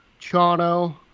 Chano